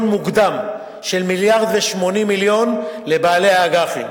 מוקדם של 1.080 מיליארד לבעלי האג"חים.